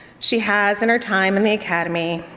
she has in her time in the academy,